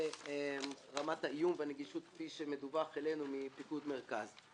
ורמת האיום והנגישות כפי שמדווח אלינו מפיקוד מרכז.